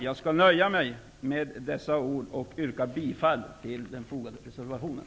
Jag nöjer mig med dessa ord och yrkar bifall till den bifogade reservationen.